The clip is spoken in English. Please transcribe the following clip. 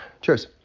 cheers